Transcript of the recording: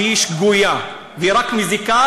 שהיא שגויה ורק מזיקה,